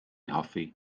hoffi